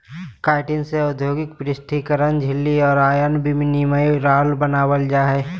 chitin से औद्योगिक पृथक्करण झिल्ली और आयन विनिमय राल बनाबल जा हइ